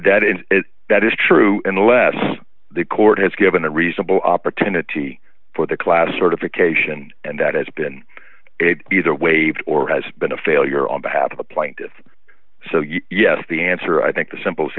that is that is true unless the court has given a reasonable opportunity for the class certification and that has been either waived or has been a failure on behalf of the plaintiffs so yes the answer i think the simple